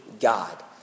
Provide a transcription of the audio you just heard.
God